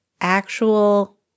actual